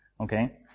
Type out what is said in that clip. okay